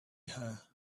her